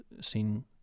seen